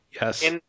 Yes